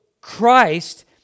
Christ